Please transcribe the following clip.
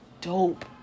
dope